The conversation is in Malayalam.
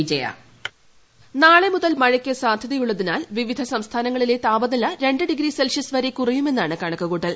വിജയ വോയ്സ് നാളെ മുതൽ മഴയ്ക്ക് സാദ്ധ്യതയുള്ളതിനാൽ വിവിധ സംസ്ഥാനങ്ങളിലെ താപനില രണ്ട് ഡിഗ്രി സെൽഷ്യസ് വരെ കുറയുമെന്നാണ് കണക്കുകൂട്ടൽ